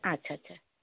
আচ্ছা আচ্ছা